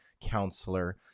counselor